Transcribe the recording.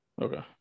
okay